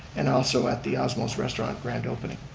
and also at the osmow's restaurant grand opening.